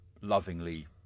Lovingly